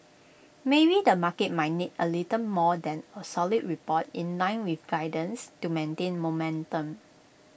maybe the market might need A little more than A solid report in nine with guidance to maintain momentum